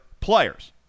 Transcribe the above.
players